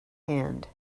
hand